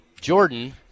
Jordan